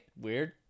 Weird